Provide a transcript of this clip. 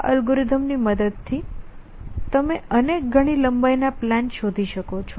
આ અલ્ગોરિધમ ની મદદ થી તમે અનેક ગણી લંબાઈ ના પ્લાન શોધી શકો છો